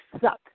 suck